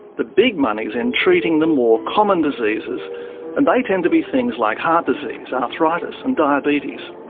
the big money is in treating the more common diseases and they tend to be things like heart disease, arthritis, and diabetes.